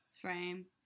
frame